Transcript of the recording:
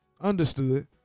Understood